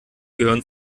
gehören